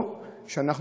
או שאנחנו,